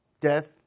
death